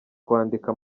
kwandika